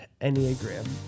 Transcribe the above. Enneagram